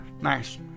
nice